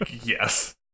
Yes